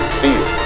feel